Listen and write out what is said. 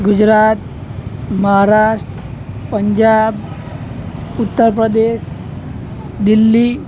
Gujarat Maharashtra Punjab Uttar Pradesh Delhi